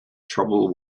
trouble